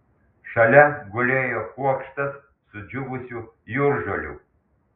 šalia gulėjo kuokštas sudžiūvusių jūržolių